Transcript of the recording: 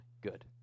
good